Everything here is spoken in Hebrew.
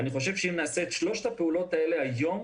אני חושב שאם נעשה את שלושת הפעולות האלו היום,